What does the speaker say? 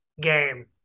game